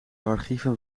archieven